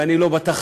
ואני לא בתחרות,